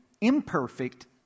imperfect